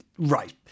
Right